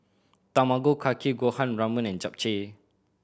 Tamago Kake Gohan Ramen and Japchae